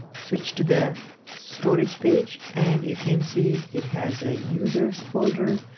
switch to the storage page, and you can see it has a users folder,